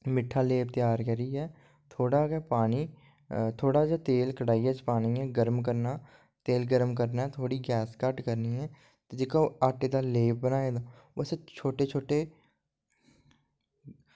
मिट्ठा लेप त्यार करियै थोह्ड़ा गै पानी थोह्ड़ा जेहा तेल कढ़ाई च आह्नियै गर्म करना करना तेल गर्म करना थोह्ड़ी गैस घट्ट करनी ऐ ओह् जेह्का आटे दा लेप बनाए दा उस्सी छोटे छोटे